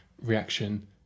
reaction